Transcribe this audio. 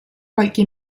qualche